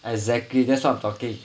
exactly that's what I'm talking